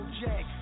jack